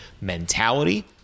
mentality